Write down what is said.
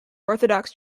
orthodox